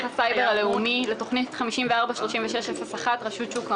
הסייבר הלאומי לתוכנית 543601: רשות שוק ההון,